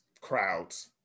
crowds